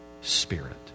spirit